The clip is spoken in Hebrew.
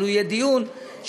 אבל הוא יהיה דיון שנשתף,